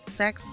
sex